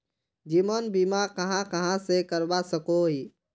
जीवन बीमा कहाँ कहाँ से करवा सकोहो ही?